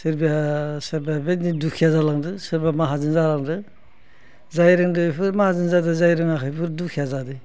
सोरबाया बिदि दुखिया जालांदो सोरबाबा माहाजोन जालांदो जायफोर रोंदो बिसोरो माहाजोन जालांदो जायफोर रोङाखै बिसोर दुखिया जालांदों